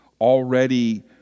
already